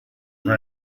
una